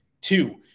two